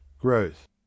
growth